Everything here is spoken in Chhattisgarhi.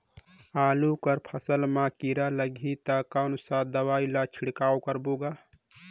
आलू कर फसल मा कीरा लगही ता कौन सा दवाई ला छिड़काव करबो गा?